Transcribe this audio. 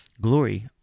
glory